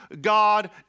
God